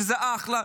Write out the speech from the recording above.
שזה אחלה,